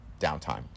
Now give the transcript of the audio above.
downtime